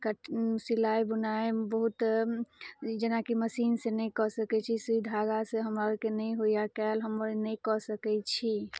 कट सिलाइ बुनाइ बहुत जेनाकि मशीन से नहि कऽ सकै छी सुइ धागा से हमरा आरके नहि होइए काल्हि हम नहि कऽ सकैत छी